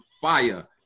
fire